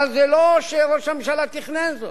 אבל זה לא שראש הממשלה תכנן זאת.